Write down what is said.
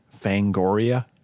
Fangoria